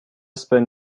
spend